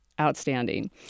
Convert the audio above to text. outstanding